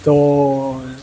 ᱛᱳᱻ